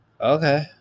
Okay